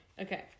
Okay